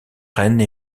reine